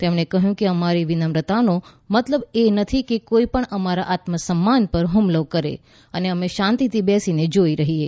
તેમણે કહ્યું કે અમારી વિનમ્રતાનો મતલબ એ નથી કે કોઈપણ અમારા આત્મસન્માન પર હ્મલો કરે અને અમે શાંતિથી બેસીને જોઈ રહીએ